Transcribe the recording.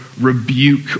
rebuke